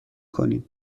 کنیم